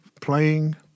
playing